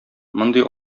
мондый